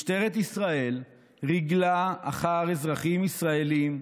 משטרת ישראל ריגלה אחר אזרחים ישראלים.